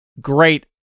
great